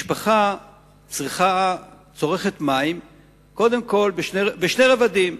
משפחה צורכת מים בשני רבדים.